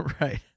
right